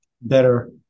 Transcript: better